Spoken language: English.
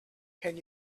can